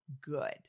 good